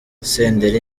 senderi